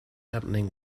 happening